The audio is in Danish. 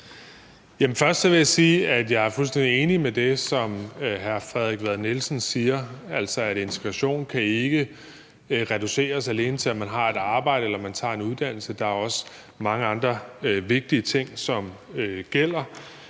Først vil jeg sige, at jeg er fuldstændig enig i det, som hr. Frederik Vad siger, altså at integration ikke kan reduceres til alene at være, at man har et arbejde eller tager en uddannelse. Der er også mange andre vigtige ting, som gælder.